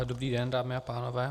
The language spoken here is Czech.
Dobrý den, dámy a pánové.